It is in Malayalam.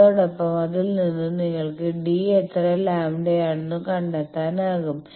അതോടൊപ്പം അതിൽ നിന്ന് നിങ്ങൾക്ക് d എത്ര ലാംഡയാണെന്നും കണ്ടെത്താനാകും